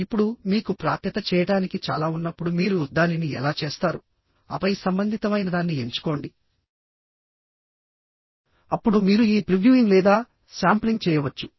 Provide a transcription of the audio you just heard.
ఇప్పుడుమీకు ప్రాప్యత చేయడానికి చాలా ఉన్నప్పుడు మీరు దానిని ఎలా చేస్తారుఆపై సంబంధితమైనదాన్ని ఎంచుకోండిఅప్పుడు మీరు ఈ ప్రివ్యూయింగ్ లేదా శాంప్లింగ్ చేయవచ్చు